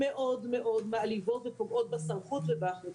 מאוד-מאוד מעליבות ופוגעות בסמכות ובאחריות.